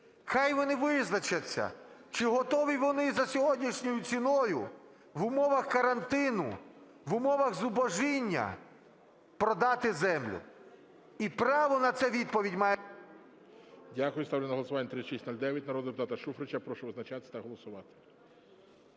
Хай вони визначаться, чи готові вони за сьогоднішньою ціною, в умовах карантину, в умовах зубожіння продати землю. І право на це відповідь… ГОЛОВУЮЧИЙ. Дякую. Ставлю на голосування 3609 народного депутата Шуфрича. Прошу визначатись та голосувати.